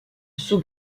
sous